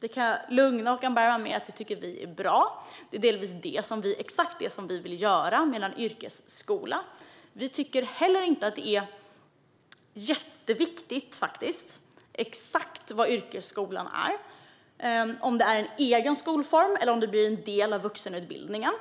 Jag kan lugna Håkan Bergman med att vi tycker att det är bra. Det är delvis exakt detta vi vill göra med en yrkesskola. Vi tycker heller inte att det är jätteviktigt att avgöra exakt vad yrkesskolan är: om det är en egen skolform eller om det ska vara en del av vuxenutbildningen.